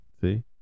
see